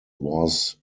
was